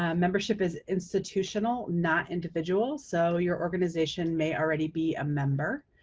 ah membership is institutional, not individual so your organization may already be a member.